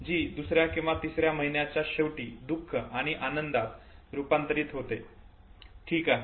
जी दुसर्या किंवा तिसर्या महिन्याच्या शेवटी दुःख आणि आनंदात रूपांतरित होते ठीक आहे